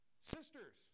sisters